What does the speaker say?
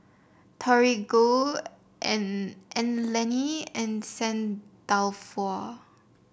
Torigo Anlene and Saint Dalfour